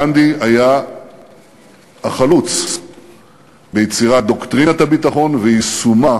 גנדי היה החלוץ ביצירת דוקטרינת הביטחון ויישומה.